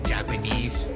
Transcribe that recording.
Japanese